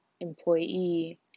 employee